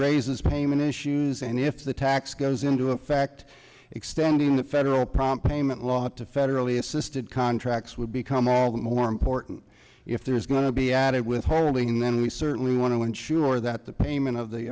raises payment issues and if the tax goes into effect extending the federal prom payment law to federally assisted contracts would become all the more important if there is going to be added withholding then we certainly want to ensure that the payment of the